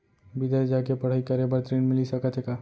बिदेस जाके पढ़ई करे बर ऋण मिलिस सकत हे का?